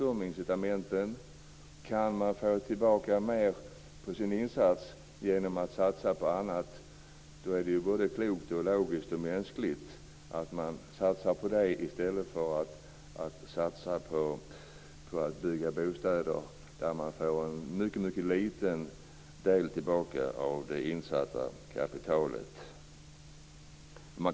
Om man kan få tillbaka mer på sin insats genom att satsa på annat, är det klokt, logiskt och mänskligt att satsa på det i stället för på att bygga bostäder. Man får tillbaka mycket lite av det kapital som sätts in på detta.